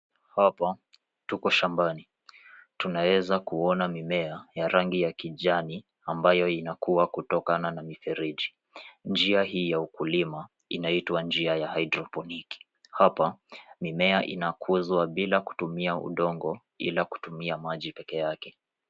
Hapa tuko shambani, tunaweza kuona mimea ya rangi ya kijani ambayo inakua kutokana na mifereji. Njia hii ya ukulima inaitwa njia ya haidroponiki. Hapa mimea inakuzwa bila kutumia udongo, ila kutumia maji peke yake.